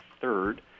third